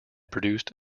produced